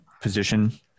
position